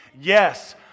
Yes